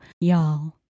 Y'all